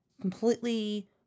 completely